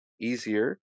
easier